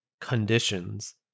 Conditions